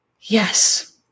yes